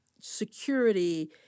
security